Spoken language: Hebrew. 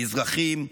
מזרחים,